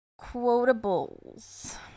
quotables